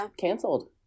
canceled